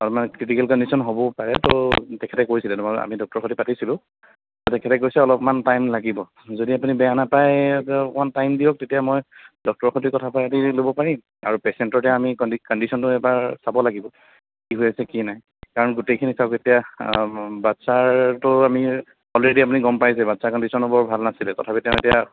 অলপমান critical condition হবও পাৰে ত' তেখেতে কৈছিলে তাৰমানে আমি ডক্টৰৰ সৈতে পাতিছিলো তেখেতে কৈছে অলপমান টাইম লাগিব যদি আপুনি বেয়া নাপাই অকণমান টাইম দিয়ক তেতিয়া মই ডক্টৰৰ সৈতে কথা পাতি ল'ব পাৰিম আৰু পেচেণ্টৰো আমি কণ্ডি কণ্ডিশ্যনটো এবাৰ চাব লাগিব কি হৈ আছে কি নাই কাৰণ গোটেইখিনি চাওক এতিয়া বাচ্ছাৰতো আমি অলৰেদি আপুনি গম পাইছেই বাচ্ছাৰ কণ্ডিশ্যনটো বৰ ভাল নাছিলে তথাপিতো এতিয়া